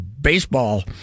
baseball